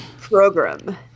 Program